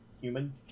human